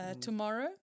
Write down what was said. tomorrow